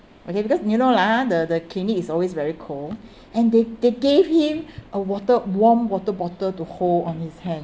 okay because you know lah the the clinic is always very cold and they they gave him a water warm water bottle to hold on his hand